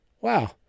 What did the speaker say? Wow